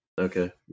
Okay